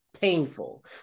painful